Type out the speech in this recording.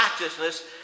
righteousness